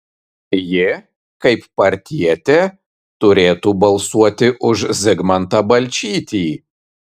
ji kaip partietė turėtų balsuoti už zigmantą balčytį